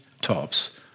tops